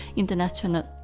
International